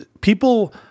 People